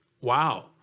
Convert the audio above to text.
Wow